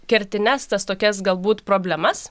kertines tas tokias galbūt problemas